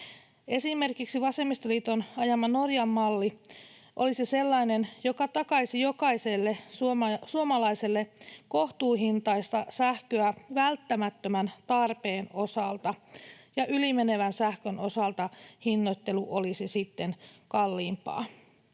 Esimerkiksi vasemmistoliiton ajama Norjan malli olisi sellainen, joka takaisi jokaiselle suomalaiselle kohtuuhintaista sähköä välttämättömän tarpeen osalta, ja ylimenevän sähkön osalta hinnoittelu olisi sitten kalliimpaa.